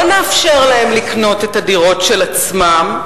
לא נאפשר להם לקנות את הדירות של עצמם,